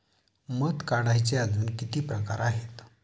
मध काढायचे अजून किती प्रकार आहेत?